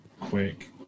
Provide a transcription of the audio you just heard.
quick